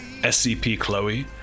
SCP-Chloe